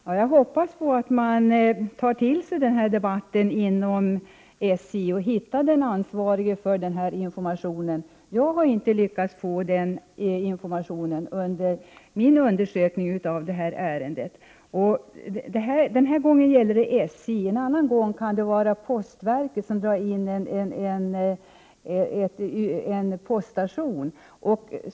Herr talman! Jag hoppas att man inom SJ tar till sig den här debatten och hittar den som är ansvarig för denna information. Jag har inte lyckats få den informationen under min undersökning av det här ärendet. Denna gång gäller det SJ. En annan gång kan det vara postverket som drar 19 in en poststation.